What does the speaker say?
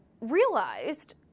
realized